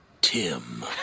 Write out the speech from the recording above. Tim